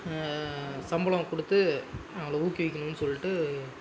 சம்பளம் கொடுத்து அவுங்கள ஊக்குவிக்குணும்னு சொல்லிட்டு